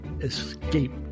escape